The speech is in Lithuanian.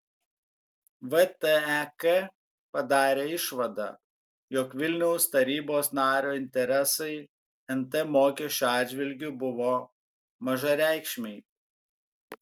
vtek padarė išvadą jog vilniaus tarybos nario interesai nt mokesčio atžvilgiu buvo mažareikšmiai